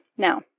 Now